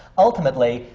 ultimately,